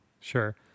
Sure